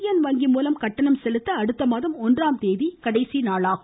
Indian வங்கி மூலம் கட்டணம் செலுத்த அடுத்தமாதம் ஒன்றாம் தேதி கடைசி நாளாகும்